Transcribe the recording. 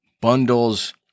bundles